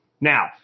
Now